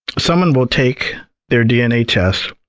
someone will take their dna test,